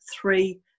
three